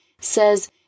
Says